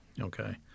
Okay